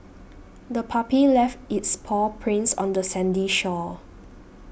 the puppy left its paw prints on the sandy shore